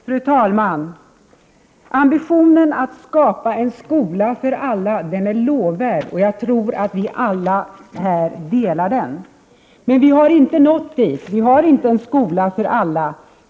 Fru talman! Ambitionen att skapa en skola för alla är lovvärd, och jag tror att vi alla delar den uppfattningen. Men vi har inte nått dit. Vi har inte en skola för alla.